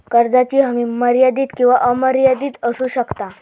कर्जाची हमी मर्यादित किंवा अमर्यादित असू शकता